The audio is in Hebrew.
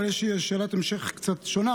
אבל יש לי שאלת המשך קצת שונה.